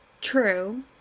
true